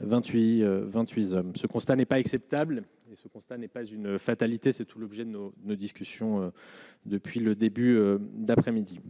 vingt-huit 28 ce constat n'est pas acceptable et ce constat n'est pas une fatalité, c'est tout l'objet de nous ne discussions depuis le début d'après-midi,